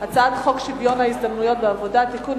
הצעת חוק שוויון ההזדמנויות בעבודה (תיקון,